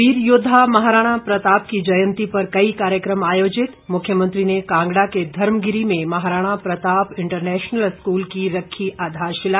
वीर योद्वा महाराणा प्रताप की जयंती पर कई कार्यक्रम आयोजित मुख्यमंत्री ने कांगड़ा के धर्मगिरी में महाराणा प्रताप इंटरनेशनल स्कूल की रखी आधारशिला